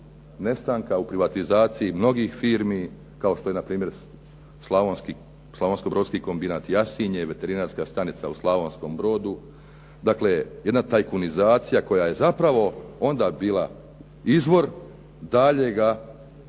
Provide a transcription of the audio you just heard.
nestanka u privatizaciji mnogih firmi kao što je npr. Slavonskobrodski kombinat Jasinje, veterinarska stanica u Slavonskom brodu, dakle, jedna tajkunizacija koja je zapravo onda bila izvor daljega širenja